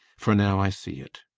for now i see it.